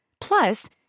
Plus